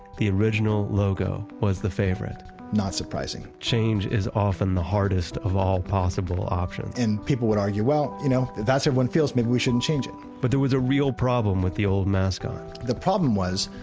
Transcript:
the original logo was the favorite not surprising change is often the hardest of all possible options and people would argue, well, if you know that's everyone feels maybe we shouldn't change it. but there was a real problem with the old mascot the problem was,